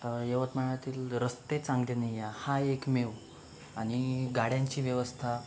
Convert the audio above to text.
यवतमाळातील रस्ते चांगले नाही आहे हा एकमेव आणि गाड्यांची व्यवस्था